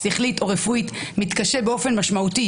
שכלית או רפואית מתקשה באופן משמעותי